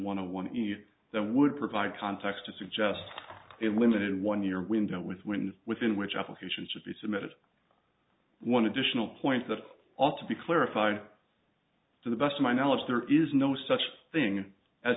a one in that would provide context to suggest a limited one year window with when within which application should be submitted one additional point that ought to be clarified to the best of my knowledge there is no such thing as